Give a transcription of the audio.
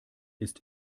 ist